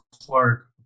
Clark